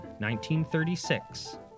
1936